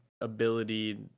ability